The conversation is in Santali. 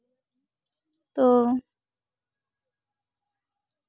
ᱛᱚ